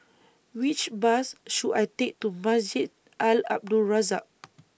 Which Bus should I Take to Masjid A L Abdul Razak